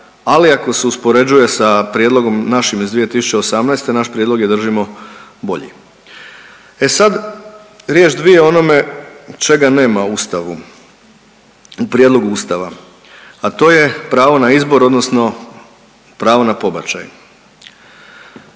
ali ako se uspoređuje sa prijedlogom našim iz 2018., naš prijedlog je držimo bolji. E sad riječ dvije o onome čega nema u ustavu, u prijedlogu ustava, a to je pravo na izbor odnosno pravo na pobačaj.